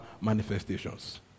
manifestations